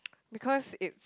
because it